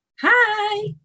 Hi